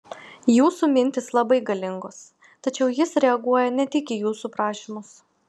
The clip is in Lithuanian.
jūsų mintys labai galingos tačiau jis reaguoja ne tik į jūsų prašymus